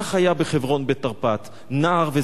כך היה בחברון בתרפ"ט: נער וזקן,